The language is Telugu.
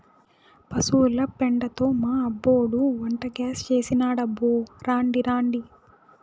పశుల పెండతో మా అబ్బోడు వంటగ్యాస్ చేసినాడబ్బో రాండి రాండి